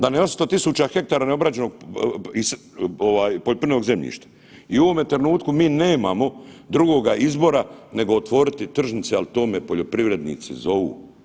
Da nam je od ... hektara neobrađenog poljoprivrednog zemljišta i u ovome trenutku mi nemamo drugoga izbora nego otvoriti tržnice, al to me poljoprivrednici zovu.